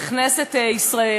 בכנסת ישראל.